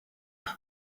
aka